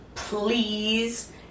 Please